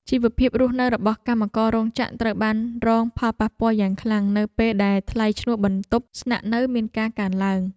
ជីវភាពរស់នៅរបស់កម្មកររោងចក្រត្រូវបានរងផលប៉ះពាល់យ៉ាងខ្លាំងនៅពេលដែលថ្លៃឈ្នួលបន្ទប់ស្នាក់នៅមានការកើនឡើង។